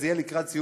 יהיה מכרז.